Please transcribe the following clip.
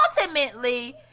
ultimately